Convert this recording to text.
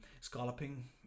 scalloping